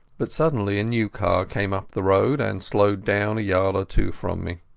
but suddenly a new car came up the road, and slowed down a yard or two from me.